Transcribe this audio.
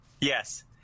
Yes